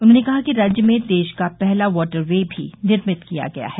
उन्होंने कहा कि राज्य में देश का पहला वाटर वे भी निर्मित किया गया है